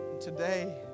Today